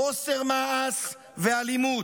חוסר מעש ואלימות.